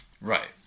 Right